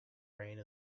reign